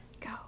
Go